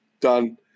done